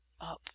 up